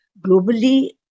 globally